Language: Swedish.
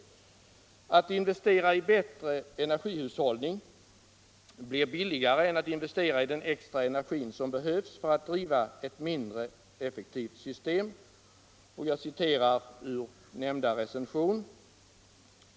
Att investera i högre energiproduktivitet blir billigare än att investera i den extra energin som behövs för att driva ett mindre effektivt system.